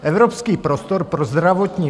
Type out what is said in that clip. Evropský prostor pro zdravotní...